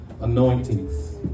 anointings